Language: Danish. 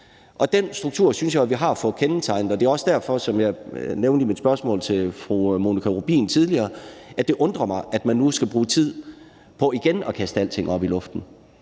Den struktur synes jeg vi har fået tegnet, og det er også derfor, som jeg nævnte i mit spørgsmål til fru Monika Rubin tidligere, at det undrer mig, at man nu skal bruge tid på igen at kaste alting op i luften.